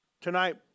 Tonight